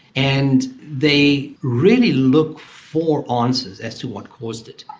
and they really look for ah answers as to what caused it.